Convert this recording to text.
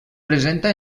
presenta